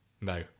No